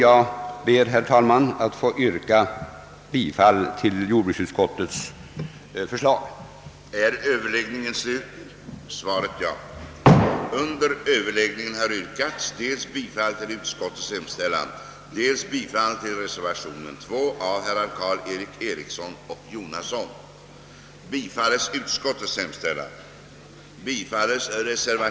Jag ber, herr talman, att få yrka bifall till jordbruksutskottets förslag.